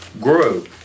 grow